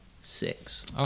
six